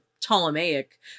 Ptolemaic